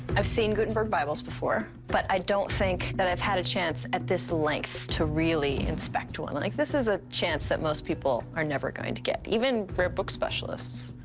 i've seen gutenberg bibles before, but i don't think that i've had a chance at this length to really inspect one. and like this is a chance that most people are never going to get, even for a book specialist.